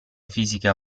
fisica